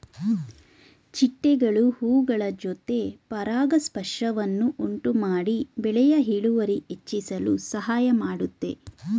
ಚಿಟ್ಟೆಗಳು ಹೂಗಳ ಜೊತೆ ಪರಾಗಸ್ಪರ್ಶವನ್ನು ಉಂಟುಮಾಡಿ ಬೆಳೆಯ ಇಳುವರಿ ಹೆಚ್ಚಿಸಲು ಸಹಾಯ ಮಾಡುತ್ತೆ